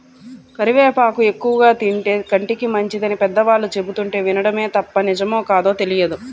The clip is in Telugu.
కరివేపాకు ఎక్కువగా తింటే కంటికి మంచిదని పెద్దవాళ్ళు చెబుతుంటే వినడమే తప్ప నిజమో కాదో తెలియదు